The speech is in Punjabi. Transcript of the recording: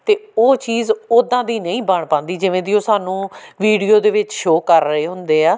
ਅਤੇ ਉਹ ਚੀਜ਼ ਉੱਦਾਂ ਦੀ ਨਹੀਂ ਬਣ ਪਾਉਂਦੀ ਜਿਵੇਂ ਦੀ ਉਹ ਸਾਨੂੰ ਵੀਡੀਓ ਦੇ ਵਿੱਚ ਸ਼ੋਅ ਕਰ ਰਹੇ ਹੁੰਦੇ ਆ